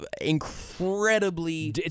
incredibly